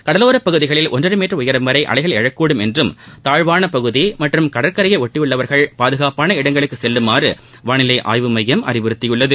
கடலோப்பகுதிகளில் ஒன்றரை மீட்டர் வரை அலைகள் எழக்கூடும் என்றும் தாழ்வான பகுதி மற்றும் கடற்கரையை ஒட்டியுள்ளவர்கள் பாதுகாப்பான இடங்களுக்கு செல்லுமாறு வானிலை ஆய்வு மையம் அறிவுறுத்தியுள்ளது